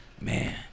Man